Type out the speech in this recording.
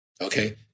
Okay